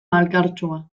malkartsua